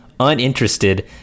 uninterested